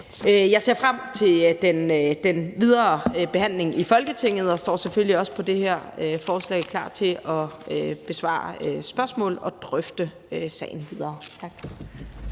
Jeg ser frem til den videre behandling i Folketinget og står selvfølgelig også ved det her forslag klar til at besvare spørgsmål og drøfte sagen videre. Kl.